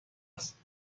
است